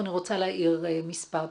ואני רוצה להעיר מספר דברים.